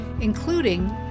including